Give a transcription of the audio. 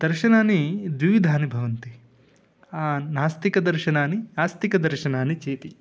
दर्शनानि द्विविधानि भवन्ति नास्तिकदर्शनानि आस्तिकदर्शनानि चेति